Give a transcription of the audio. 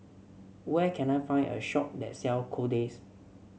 where can I find a shop that sell Kordel's